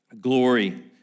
glory